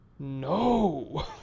No